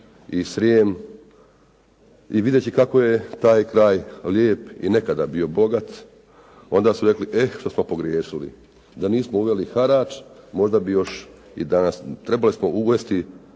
i Srijem vidjeći kako je taj kraj lijep i nekada bio bogat, i rekli eh što smo pogriješili da nismo uveli harač možda bi još i danas, trebali smo uvesti